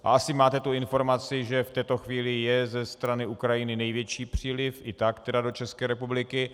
Asi máte tu informaci, že v této chvíli je ze strany Ukrajiny největší příliv i tak do České republiky.